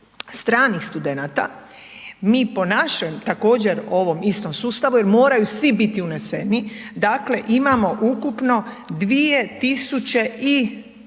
stranih studenata mi po našem također ovom istom sustavu jer moraju svi biti uneseni, dakle imamo ukupno 2200